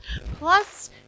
Plus